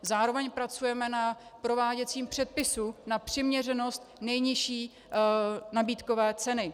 Zároveň pracujeme na prováděcím předpisu na přiměřenost nejnižší nabídkové ceny.